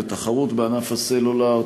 לתחרות בענף הסלולר,